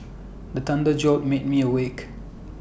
the thunder jolt make me awake